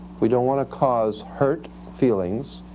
we don't want to cause hurt feelings,